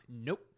Nope